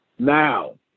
Now